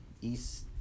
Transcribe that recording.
East